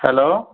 hello